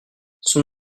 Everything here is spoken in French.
son